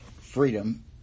freedom